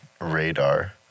radar